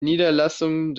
niederlassung